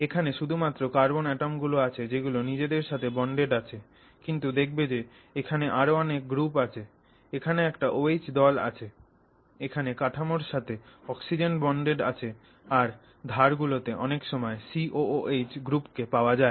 এখানে শুধু মাত্র কার্বন অ্যাটম গুলো আছে যেগুলো নিজেদের সাথে বন্ডেড আছে কিন্তু দেখবে যে এখানে আরও অনেক গ্রুপ আছে এখানে একটা OH দল আছে এখানে কাঠামোর সাথে অক্সিজেন বন্ডেড আছে আর ধার গুলোতে অনেক সময় COOH গ্রুপকে পাওয়া যায়